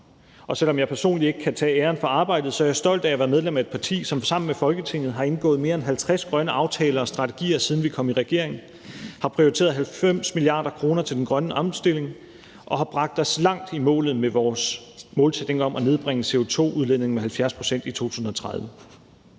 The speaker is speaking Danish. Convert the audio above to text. og selv om jeg personligt ikke kan tage æren for arbejdet, er jeg stolt af at være medlem af et parti, som sammen med Folketinget har indgået mere end 50 grønne aftaler og strategier, siden vi kom i regering, har prioriteret 90 mia. kr. til den grønne omstilling og har bragt os langt hen imod målet med vores målsætning om at nedbringe CO2-udledningen med 70 pct. i 2030.